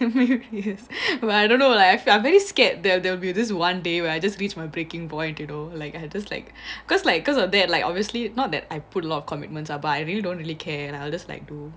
yes but I don't know leh I very scared that there will be this one day where I just reach my breaking point you know like I had just like because like because of that like obviously not that I put a lot of commitments ah but I don't really care lah I'll just like do